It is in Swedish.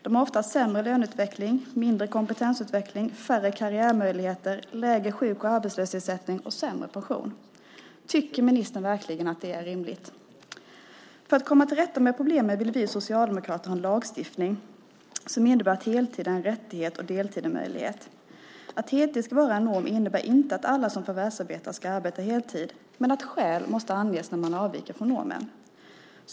De har oftast sämre löneutveckling, mindre kompetensutveckling, färre karriärmöjligheter, lägre sjuk och arbetslöshetsersättning och sämre pension. Tycker ministern verkligen att det är rimligt? För att komma till rätta med problemet vill vi socialdemokrater ha en lagstiftning som innebär att heltid är en rättighet och deltid en möjlighet. Att heltid ska vara norm innebär inte att alla som förvärvsarbetar ska arbeta heltid men att skäl måste anges när man avviker från normen.